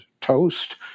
toast